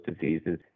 diseases